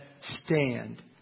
stand